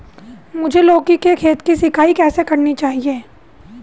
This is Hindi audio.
मुझे लौकी के खेत की सिंचाई कैसे करनी चाहिए?